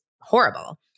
horrible